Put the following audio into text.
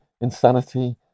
insanity